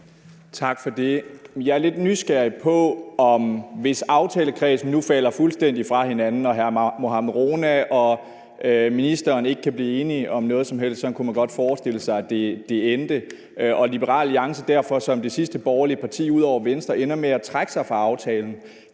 Jeg er lidt nysgerrig på, om Venstre, hvis aftalekredsen nu falder fuldstændig fra hinanden og hr. Mohammad Rona og ministeren ikke kan blive enige om noget som helst – sådan kunne man godt forestille sig det endte – og Liberal Alliance derfor som det sidste borgerlige parti ud over Venstre ender med at trække sig fra aftalen,